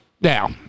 now